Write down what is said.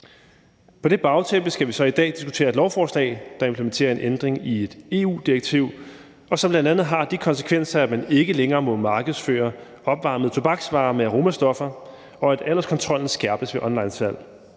På det bagtæppe skal vi så i dag diskutere et lovforslag, der implementerer en ændring i et EU-direktiv, og som bl.a. har de konsekvenser, at man ikke længere må markedsføre opvarmede tobaksvarer med aromastoffer, og at alderskontrollen skærpes ved onlinesalg.